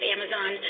Amazon